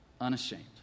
unashamed